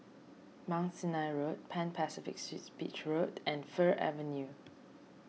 Mount Sinai Road Pan Pacific Suites Beach Road and Fir Avenue